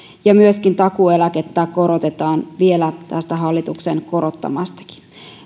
ja myöskin takuueläkettä korotetaan vielä tästä hallituksen korottamastakin